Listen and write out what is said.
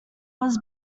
was